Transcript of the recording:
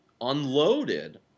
unloaded